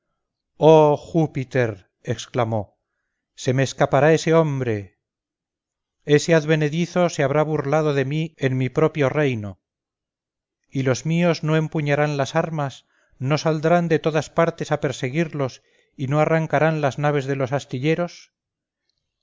júpiter exclamó se me escapará ese hombre ese advenedizo se habrá burlado de mí en mi propio reino y los míos no empuñarán las armas no saldrán de todas partes a perseguirlos y no arrancarán las naves de los astilleros